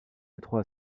étroit